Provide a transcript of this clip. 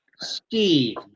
Steve